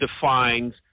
defines